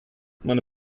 meine